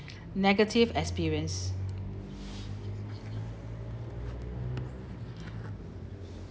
negative experience